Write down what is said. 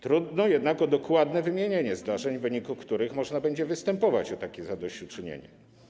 Trudno jednak o dokładne wymienienie zdarzeń, w wyniku których można będzie występować o takie zadośćuczynienie.